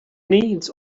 needs